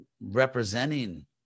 representing